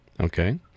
Okay